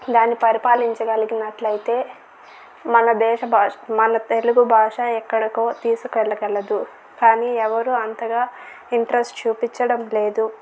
దాన్ని పరిపాలించగలిగినట్లయితే మన దేశ భాష మన తెలుగు భాష ఎక్కడికో తీసుకెళ్లగలదు కానీ ఎవరు అంతగా ఇంట్రెస్ట్ చూపించడం లేదు